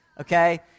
Okay